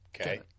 Okay